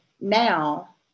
now